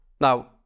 Now